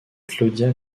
claudia